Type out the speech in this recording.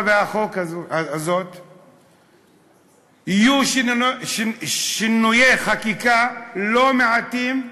והחוק הזה יהיו שינויי חקיקה לא מעטים,